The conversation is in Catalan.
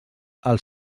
els